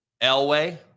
Elway